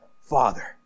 father